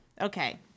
Okay